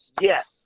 yes